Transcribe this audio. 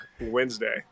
wednesday